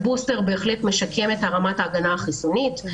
בוסטר בהחלט משקם את רמת ההגנה החיסונית.